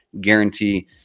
guarantee